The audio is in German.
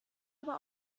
aber